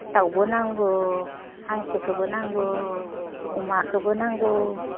दाउबो नांगौ हांसोखौबो नांगौ अमाखोबो नांगौ